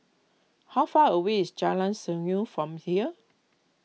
how far away is Jalan Senyum from here